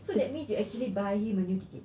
so that means you actually buy him a new ticket